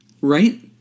Right